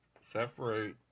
Separate